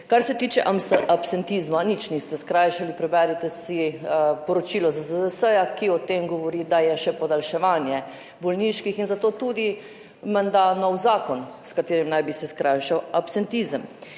Kar se tiče absentizma, nič niste skrajšali. Preberite si poročilo ZZZS, ki o tem govori, da je še podaljševanje bolniških in zato tudi menda nov zakon, s katerim naj bi se skrajšal absentizem.